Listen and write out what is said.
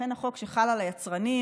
לכן החוק שחל על היצרנים,